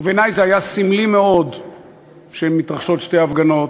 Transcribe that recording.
ובעיני זה היה סמלי מאוד שמתרחשות שתי הפגנות,